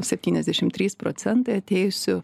septyniasdešimt trys procentai atėjusių